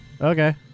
Okay